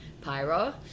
pyro